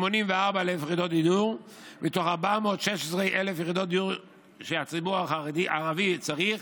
84,000 יחידות דיור מתוך 416,000 יחידות דיור שהציבור הערבי צריך.